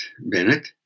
Bennett